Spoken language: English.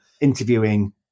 interviewing